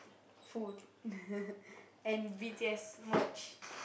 food and b_t_s merch